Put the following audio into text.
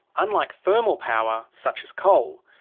unlike thermal power, such as coal,